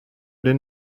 den